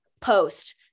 post